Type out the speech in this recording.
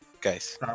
guys